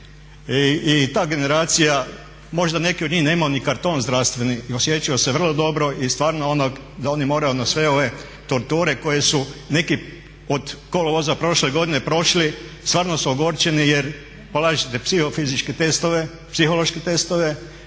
i ta generacija, možda neki od njih nemaju ni karton zdravstveni i osjećaju se vrlo dobro i stvarno da oni moraju na sve ove torture koje su neki od kolovoza prošli stvarno su ogorčeni jer polažete psihološke testove,